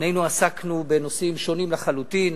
שנינו עסקנו בנושאים שונים לחלוטין,